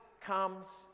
comes